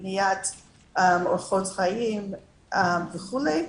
בניית אורחות חיים וכולי,